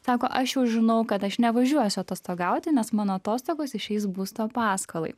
sako aš jau žinau kad aš nevažiuosiu atostogauti nes mano atostogos išeis būsto paskolai